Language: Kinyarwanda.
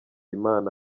imana